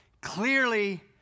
Clearly